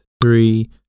three